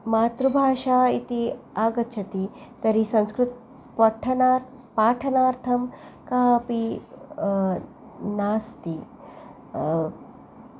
मातृभाषा इति आगच्छति तर्हि संस्कृतपठनार् पाठनार्थं कापि नास्ति